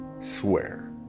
swear